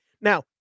Now